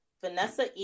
Vanessa